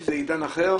יש עידן אחר.